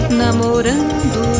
namorando